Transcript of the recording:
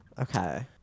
Okay